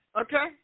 okay